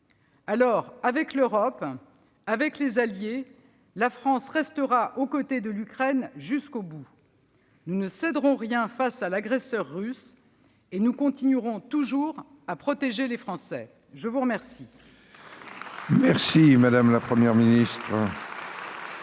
Alors avec l'Europe, avec les alliés, la France restera aux côtés de l'Ukraine jusqu'au bout. Nous ne céderons rien face à l'agresseur russe, et nous continuerons toujours à protéger les Français. Acte